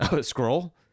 scroll